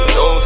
no